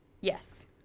yes